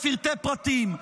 לפרטי פרטים.